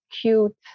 cute